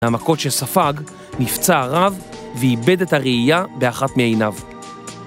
מהמכות שספג, נפצע הרב, ואיבד את הראייה באחת מעיניו.